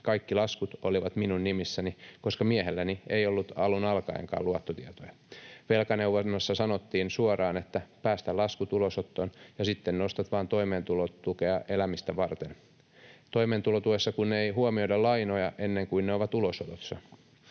Kaikki laskut olivat minun nimissäni, koska miehelläni ei ollut alun alkaenkaan luottotietoja. Velkaneuvonnassa sanottiin suoraan, että päästä laskut ulosottoon ja sitten nostat vaan toimeentulotukea elämistä varten, toimeentulotuessa kun ei huomioida lainoja ennen kuin ne ovat ulosotossa.